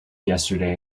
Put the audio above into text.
yesterday